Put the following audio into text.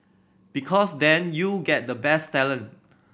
because then you get the best talent